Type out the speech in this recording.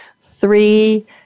three